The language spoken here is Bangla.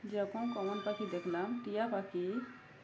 যেরকম কমন পাখি দেখলাম টিয়া পাখি